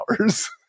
hours